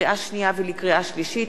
לקריאה שנייה ולקריאה שלישית,